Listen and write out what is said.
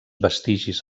vestigis